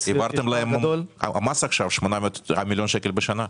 -- העברתם להם מס עכשיו 8 מיליון שקל בשנה.